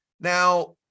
Now